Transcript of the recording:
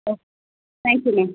ah thank you ma'am